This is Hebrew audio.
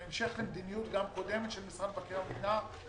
וזה בהמשך למדיניות קודמת של משרד מבקר המדינה שכשלא